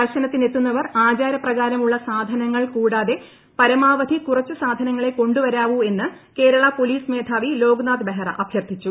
ദർശനത്തിനെത്തുന്നവർ ആചാരപ്രകാരമുള്ള സാധനങ്ങൾകൂടാതെ പരമാവധി കുറച്ചു സാധനങ്ങളേ കൊണ്ടുവരാവൂവെന്ന് കേരള പൊലീസ് മേധാവി ലോക്നാഥ് ബെഹ്റ അഭ്യർഥിച്ചു